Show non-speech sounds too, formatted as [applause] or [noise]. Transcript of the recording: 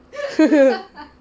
[laughs]